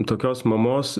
tokios mamos